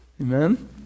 Amen